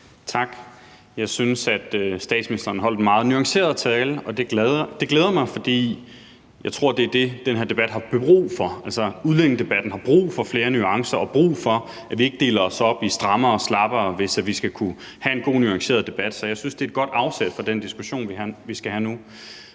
Tak. Jeg synes, at statsministeren holdt en meget nuanceret tale, og det glæder mig, for jeg tror, det er det, den her debat har brug for. Udlændingedebatten har brug for flere nuancer og brug for, at vi ikke deler os op i strammere og slappere, hvis vi skal kunne have en god og nuanceret debat. Så jeg synes, det er et godt afsæt for den diskussion, vi skal have nu.